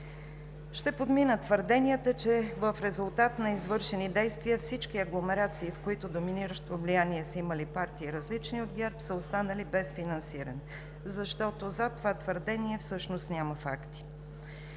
Ще подмина твърденията, че в резултат на извършени действия всички агломерации, в които доминиращо влияние са имали партии, различни от ГЕРБ, са останали без финансиране, защото зад това твърдение всъщност няма факти.